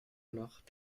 nacht